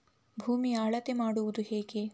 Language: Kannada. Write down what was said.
ಭೂಮಿಯ ಅಳತೆ ಮಾಡುವುದು ಹೇಗೆ?